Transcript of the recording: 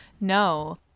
No